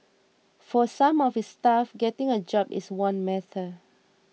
for some of his staff getting a job is one matter